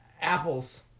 apples